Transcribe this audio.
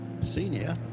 Senior